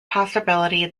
possibility